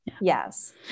Yes